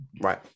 Right